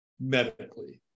medically